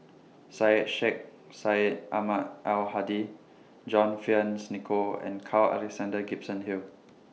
Syed Sheikh Syed Ahmad Al Hadi John Fearns Nicoll and Carl Alexander Gibson Hill